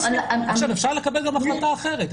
אפשר לקבל גם החלטה אחרת,